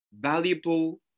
valuable